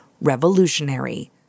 revolutionary